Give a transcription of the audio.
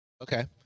Okay